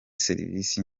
serivisi